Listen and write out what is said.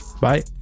bye